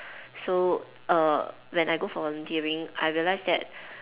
so err when I go volunteering I realise that